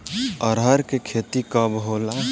अरहर के खेती कब होला?